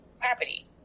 property